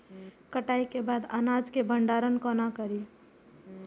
कटाई के बाद अनाज के भंडारण कोना करी?